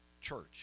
church